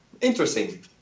Interesting